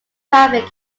traffic